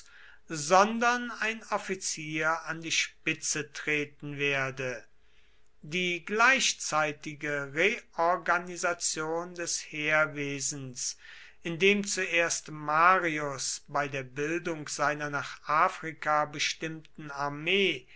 sondern ein offizier an die spitze treten werde die gleichzeitige reorganisation des heerwesens indem zuerst marius bei der bildung seiner nach afrika bestimmten armee